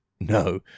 No